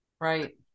right